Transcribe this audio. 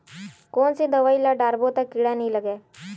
कोन से दवाई ल डारबो त कीड़ा नहीं लगय?